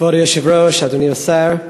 כבוד היושב-ראש, אדוני השר,